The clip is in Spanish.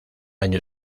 año